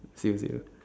same to you